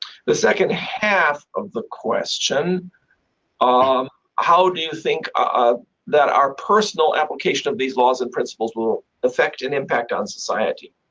the second half of the question um how do you think that our personal application of these laws and principles will effect an impact on society?